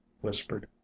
whispered